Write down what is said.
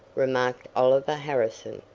remarked oliver harrison.